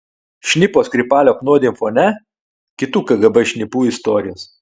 šnipo skripalio apnuodijimo fone kitų kgb šnipų istorijos